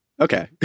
Okay